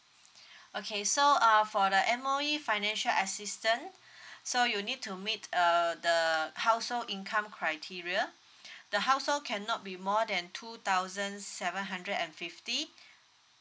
okay so uh for the M_O_E financial assistance so you need to meet uh the household income criteria the household cannot be more than two thousand seven hundred and fifty